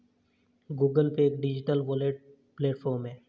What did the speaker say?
Google pay एक digital wallet platform है